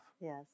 Yes